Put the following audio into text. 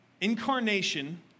Incarnation